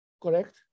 correct